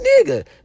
nigga